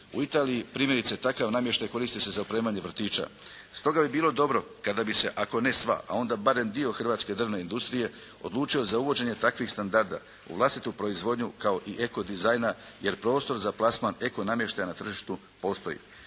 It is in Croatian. U Italiji primjerice takav namještaj koristi se za opremanje vrtića. Stoga bi bilo dobro kada bi se, ako ne sva, a onda barem dio hrvatske drvne industrije odlučio za uvođenje takvih standarda u vlastitu proizvodnju kao i eko dizajna, jer prostor za plasman eko namještaja na tržištu postoji.